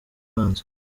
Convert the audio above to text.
umwanzi